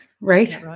Right